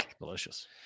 delicious